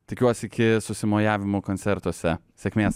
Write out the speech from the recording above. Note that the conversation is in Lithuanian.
tikiuosi iki susimojavimo koncertuose sėkmės